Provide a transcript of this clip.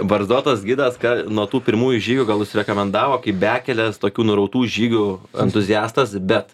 barzdotas gidas ką nuo tų pirmųjų žygių gal užsirekomendavo kaip bekelės tokių nurautų žygių entuziastas bet